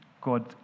God